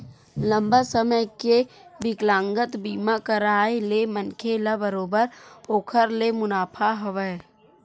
लंबा समे के बिकलांगता बीमा कारय ले मनखे ल बरोबर ओखर ले मुनाफा हवय